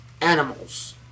animals